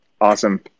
Awesome